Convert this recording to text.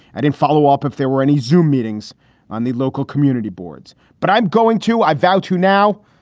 and in follow up, if there were any zoo meetings on the local community boards. but i'm going to i vowed to. now,